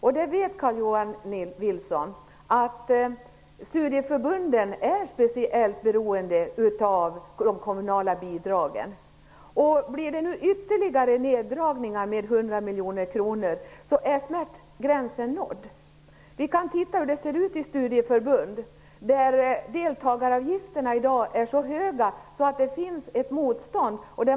Carl-Johan Wilson vet att studieförbunden är speciellt beroende av de kommunala bidragen. Blir det nu ytterligare neddragningar med 100 miljoner kronor är smärtgränsen nådd. Vi kan se hur det ser ut i studieförbund. Deltagaravgifterna i dag är så höga att det finns ett motstånd.